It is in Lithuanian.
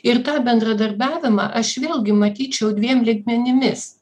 ir tą bendradarbiavimą aš vėlgi matyčiau dviem lygmenimis